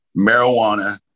Marijuana